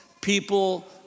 People